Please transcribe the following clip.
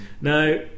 now